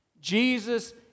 Jesus